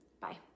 bye